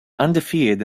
undefeated